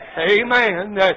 Amen